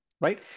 right